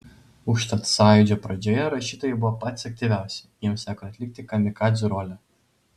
užtat sąjūdžio pradžioje rašytojai buvo patys aktyviausi jiems teko atlikti kamikadzių rolę